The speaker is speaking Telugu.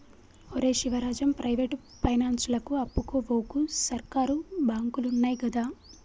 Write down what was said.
ఒరే శివరాజం, ప్రైవేటు పైనాన్సులకు అప్పుకు వోకు, సర్కారు బాంకులున్నయ్ గదా